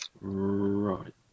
Right